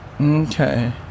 Okay